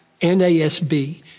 NASB